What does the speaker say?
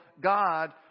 God